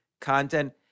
content